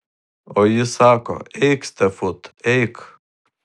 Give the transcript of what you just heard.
o jis sako eik stefut eik